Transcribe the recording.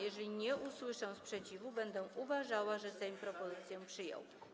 Jeżeli nie usłyszę sprzeciwu, będę uważała, że Sejm propozycję przyjął.